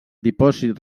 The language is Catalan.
dipòsit